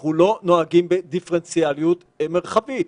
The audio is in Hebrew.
שאנחנו לא נוהגים בדיפרנציאליות מרחבית.